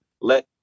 let